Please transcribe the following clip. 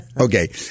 Okay